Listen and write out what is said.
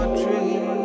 dream